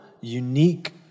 unique